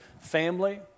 family